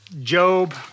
Job